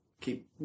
keep